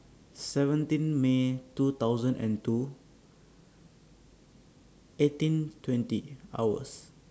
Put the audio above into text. seventeen May two thousand and two eighteen twenty hours